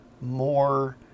more